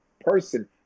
person